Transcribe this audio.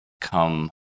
come